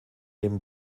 neben